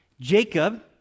Jacob